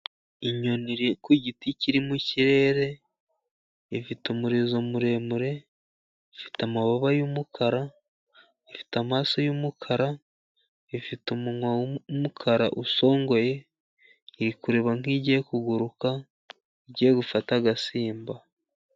Inyoni iri ku giti kiri mu kirere, ifite umurizo muremure, ifite amababa y'umukara, ifite amaso y'umukara, ifite umunwa w'umukara usongoye iri kurereba nk'igiye kuguruka, igiye gufata agasimba.